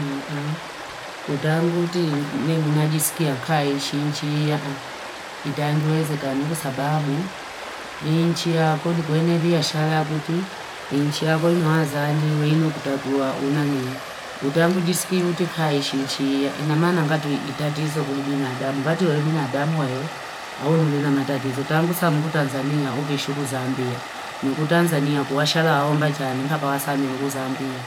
Kutangu uti ne muna jisikia kaa ishinchia. Itangiweze kani kusababu. Inchia kuli kwenye liya shalaguti. Inchia kwenye wazali, weinu kutagua, unani. Kutangu jisikia uti kaa ishinchia. Inamana nga tu itatizo kulibina adamu. Nga tu ulibina adamu wewe, au ngule na matatizo. Kutangu saa mkutanzania hukishuku zambia. Nukutanzania kuwa shalawahomba jani. Mpapa wasaame luku zambia.